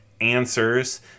answers